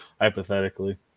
hypothetically